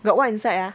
got what inside ah